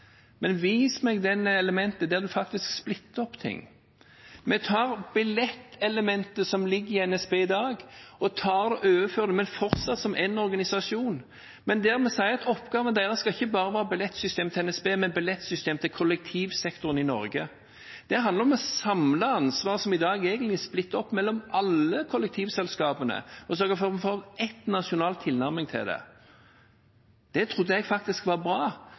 men vis meg det elementet som faktisk splittes. Vi tar billettelementet som ligger i NSB i dag, og overfører det, men fortsatt i én organisasjon, og der vi sier at oppgavene deres ikke bare skal være billettsystemet til NSB, men billettsystemet til kollektivsektoren i Norge. Det handler om å samle ansvar som i dag egentlig er splittet opp mellom alle kollektivselskapene, og sørge for at vi får én nasjonal tilnærming til det. Det trodde jeg faktisk var bra,